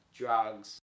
Drugs